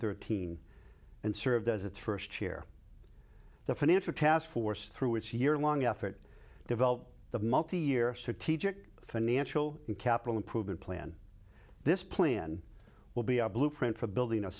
thirteen and served as its first chair the financial taskforce through its year long effort to develop the multi year strategic financial capital improvement plan this plan will be a blueprint for building